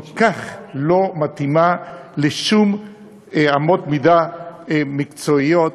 כל כך לא מתאימה לשום אמות מידה מקצועיות?